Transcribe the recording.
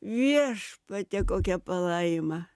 viešpatie kokia palaima